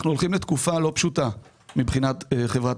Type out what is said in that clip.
אנחנו הולכים לתקופה לא פשוטה מבחינת חברת